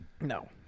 No